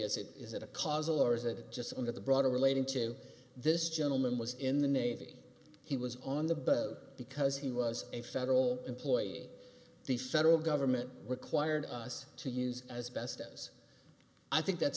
is it is it a causal or is it just on the broader relating to this gentleman was in the navy he was on the bus because he was a federal employee the federal government required us to use as best as i think that's